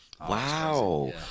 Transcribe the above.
Wow